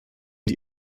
die